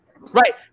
Right